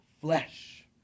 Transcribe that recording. flesh